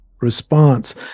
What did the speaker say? response